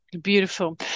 Beautiful